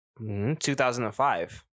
2005